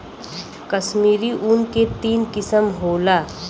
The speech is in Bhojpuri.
कश्मीरी ऊन के तीन किसम होला